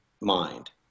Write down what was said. mind